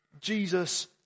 Jesus